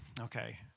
okay